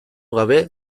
gabe